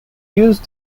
used